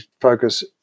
focus